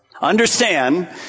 understand